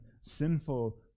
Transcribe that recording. sinful